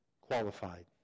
qualified